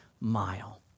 mile